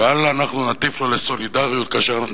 ואל לנו להטיף לו לסולידריות כאשר אנחנו